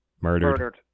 Murdered